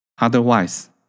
Otherwise